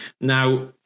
now